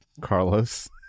Carlos